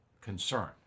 concern